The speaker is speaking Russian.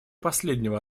последнего